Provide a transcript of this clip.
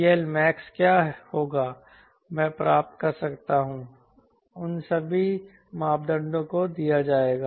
CLmax क्या होगा मैं प्राप्त कर सकता हूं उन सभी मापदंडों को दिया जाएगा